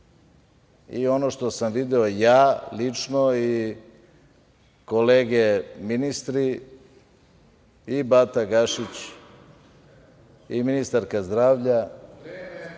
i ono što sam video ja lično i kolege ministri, i Bata Gašić i ministarka zdravlja,